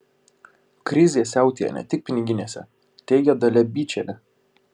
krizė siautėja ne tik piniginėse teigia dalia byčienė